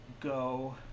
Go